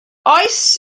oes